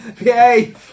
Yay